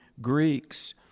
Greeks